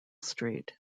street